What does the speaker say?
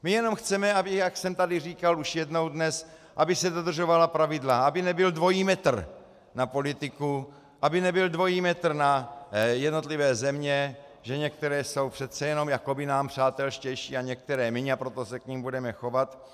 My jenom chceme, jak jsem tady říkal již jednou dnes, aby se dodržovala pravidla, aby nebyl dvojí metr na politiku, aby nebyl dvojí metr na jednotlivé země, že některé jsou přece jenom jakoby nám přátelštější a některé míň, a proto se k nim budeme chovat...